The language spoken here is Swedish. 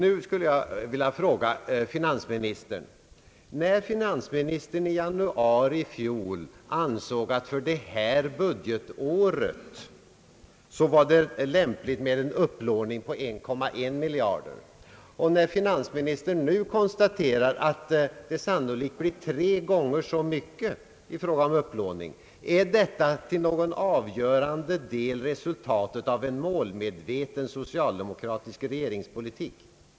I januari i fjol ansåg finansministern att det för detta budgetår var lämpligt med en upplåning på 1,1 miliard kronor. I maj i år konstaterar finansministern att upplåningen sannolikt blir tre gånger så stor. Är detta till någon avgörande del resultatet av en målmedveten socialdemokratisk regeringspolitik?